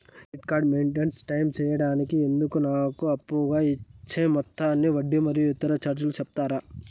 Credit card maintain time సేయడానికి ఇందుకు నాకు అప్పుగా ఇచ్చే మొత్తానికి వడ్డీ మరియు ఇతర చార్జీలు సెప్తారా?